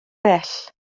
bell